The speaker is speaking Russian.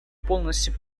полностью